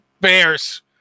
Bears